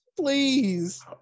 please